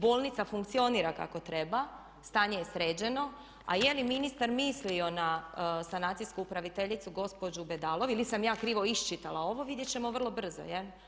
Bolnica funkcionira kako treba, stanje je sređeno, a je li ministar mislio na sanacijsku upraviteljicu gospođu Bedalov ili sam ja krivo iščitala ovo vidjet ćemo vrlo brzo jel'